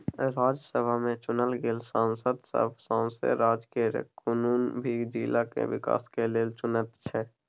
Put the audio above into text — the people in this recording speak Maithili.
राज्यसभा में चुनल गेल सांसद सब सौसें राज्य केर कुनु भी जिला के विकास के लेल चुनैत छै